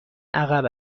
عقب